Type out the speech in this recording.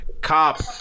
Cop